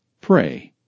Pray